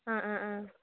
ആ ആ ആ